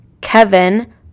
Kevin